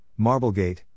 Marblegate